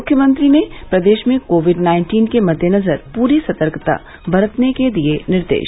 मुख्यमंत्री ने प्रदेश में कोविड नाइन्टीन के मददेनजर पूरी सतर्कता बरतने के दिए निर्देश